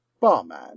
Barman